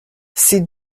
ces